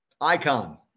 Icon